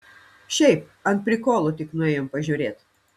šiaip ant prikolo tik nuėjom pažiūrėt